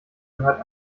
gehört